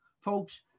Folks